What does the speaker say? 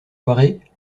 soirée